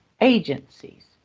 agencies